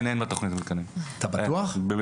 אין בתכנית המתקנים ב-100%.